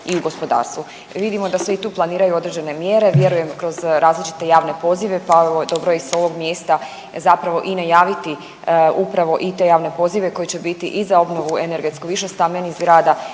i u gospodarstvu. Jer vidimo da se i tu planiraju određene mjere vjerujem kroz različite javne pozive, pa evo dobro je i sa ovog mjesta zapravo i najaviti upravo i te javne pozive koji će biti i za obnovu energetsku višestambenih zgrada,